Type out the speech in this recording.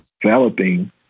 developing